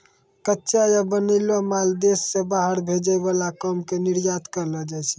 कच्चा या बनैलो माल देश से बाहर भेजे वाला काम के निर्यात कहलो जाय छै